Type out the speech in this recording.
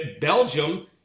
Belgium